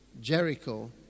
Jericho